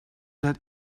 that